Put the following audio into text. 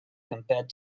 compared